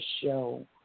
show